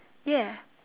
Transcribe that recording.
ya